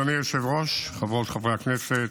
אדוני היושב-ראש, חברות וחברי הכנסת,